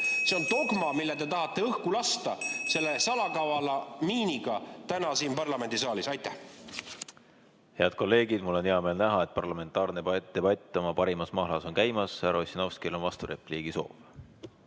See on dogma, mille te tahate õhku lasta selle salakavala miiniga täna siin parlamendisaalis. Aitäh! Head kolleegid! Mul on hea meel näha, et parlamentaarne debatt oma parimas mahlas on käimas. Härra Ossinovskil on vasturepliigi soov.